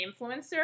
influencer